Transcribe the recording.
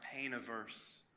pain-averse